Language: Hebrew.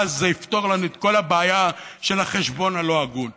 ואז זה יפתור לנו את כל הבעיה של החשבון הלא-הגון.